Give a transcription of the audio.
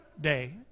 Day